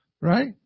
Right